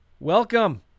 Welcome